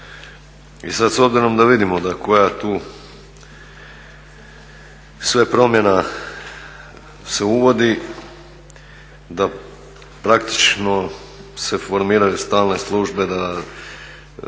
I sad s obzirom da vidimo da koja tu sve promjena se uvodi, da praktično se formiraju stalne službe, da organizacijski